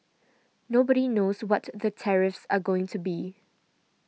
nobody knows what the tariffs are going to be